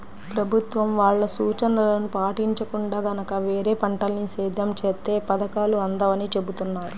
ప్రభుత్వం వాళ్ళ సూచనలను పాటించకుండా గనక వేరే పంటల్ని సేద్యం చేత్తే పథకాలు అందవని చెబుతున్నారు